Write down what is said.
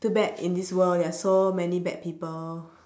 too bad in this world we have so many bad people